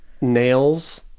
nails